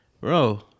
bro